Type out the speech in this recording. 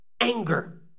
anger